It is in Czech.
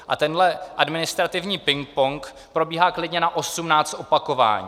A tenhle administrativní pingpong probíhá klidně na 18 opakování.